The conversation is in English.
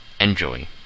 Enjoy